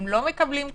הם לא מקבלים קהל,